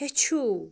ہیٚچھُو